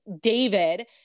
David